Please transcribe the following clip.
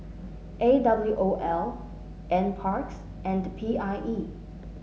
A W O L NParks and P I E